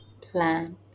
plan